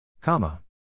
comma